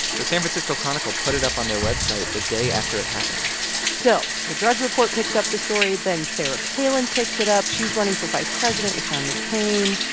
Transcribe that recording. the san francisco chronicle put it up on their website the day after it happened still, the drudge report picks up the story. then sarah palin picks it up. she's running for vice president with john mccain.